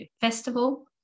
festival